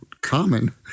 common